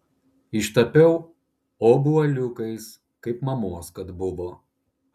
ištapiau obuoliukais kaip mamos kad buvo